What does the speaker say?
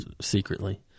Secretly